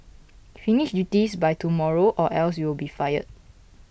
finished this by tomorrow or else you'll be fired